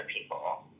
people